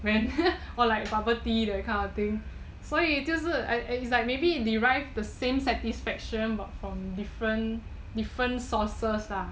when or like bubble tea that kind of thing 所以就是 it's like maybe derive the same satisfaction but from different different sources ah